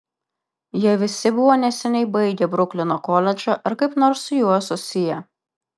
jie visi buvo neseniai baigę bruklino koledžą ar kaip nors su juo susiję